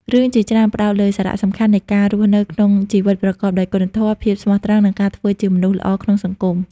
រឿងជាច្រើនផ្ដោតលើសារៈសំខាន់នៃការរស់នៅក្នុងជីវិតប្រកបដោយគុណធម៌ ភាពស្មោះត្រង់ និងការធ្វើជាមនុស្សល្អក្នុងសង្គម។